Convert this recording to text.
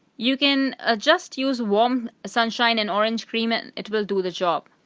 you can ah just use warm sunshine and orange cream and it will do the job.